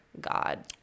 God